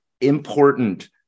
important